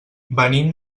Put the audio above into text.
venim